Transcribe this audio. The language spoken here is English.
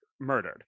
murdered